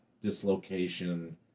dislocation